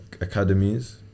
academies